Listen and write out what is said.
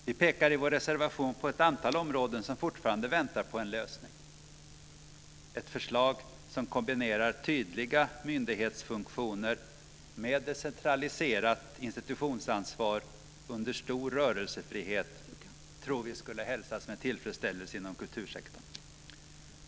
Vi pekar i vår reservation på ett antal områden där man fortfarande väntar på en lösning. Ett förslag som kombinerar tydliga myndighetsfunktioner med decentraliserat institutionsansvar under stor rörelsefrihet tror vi skulle hälsas med tillfredsställelse inom kultursektorn.